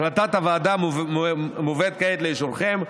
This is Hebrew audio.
החלטת הוועדה מובאת כעת לאישורכם,